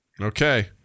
Okay